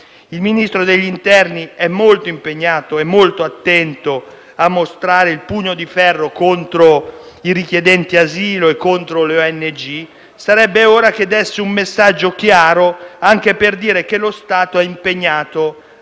Il Ministro dell'interno è molto impegnato e attento a mostrare il pugno di ferro contro i richiedenti asilo e contro le ONG. Sarebbe ora che desse un messaggio chiaro anche per dire che lo Stato è impegnato